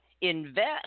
invest